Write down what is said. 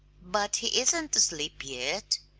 but he isn't asleep yet,